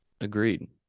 agreed